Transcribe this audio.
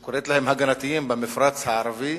שהיא קוראת להם הגנתיים, במפרץ הערבי.